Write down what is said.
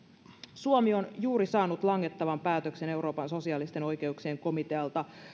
suomi on juuri saanut langettavan päätöksen euroopan sosiaalisten oikeuksien komitealta